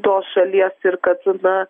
tos šalies ir kad na